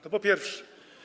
To po pierwsze.